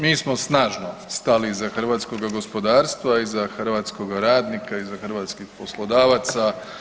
Mi smo snažno stali iza hrvatskoga gospodarstva, iza hrvatskoga radnika, iza hrvatskih poslodavaca.